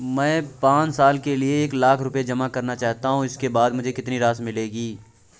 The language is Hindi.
मैं पाँच साल के लिए एक लाख रूपए जमा करना चाहता हूँ इसके बाद मुझे कितनी राशि मिलेगी?